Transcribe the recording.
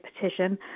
petition